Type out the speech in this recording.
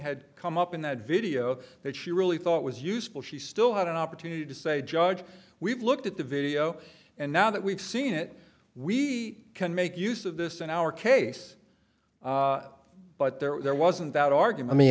had come up in that video that she really thought was useful she still had an opportunity to say judge we've looked at the video and now that we've seen it we can make use of this in our case but there wasn't that argument me